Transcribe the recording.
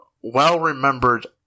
well-remembered